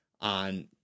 on